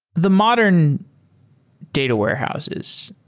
the modern data warehouses,